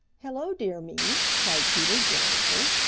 hello, dear me! cried peter joyously.